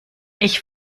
ich